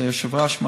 את היושב-ראש,